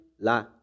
La